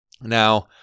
Now